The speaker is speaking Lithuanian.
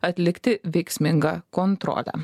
atlikti veiksmingą kontrolę